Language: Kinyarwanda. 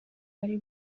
bari